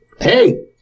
hey